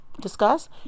discuss